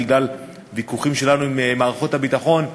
בגלל ויכוחים שלנו עם מערכות הביטחון,